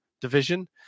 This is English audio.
division